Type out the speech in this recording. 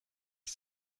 est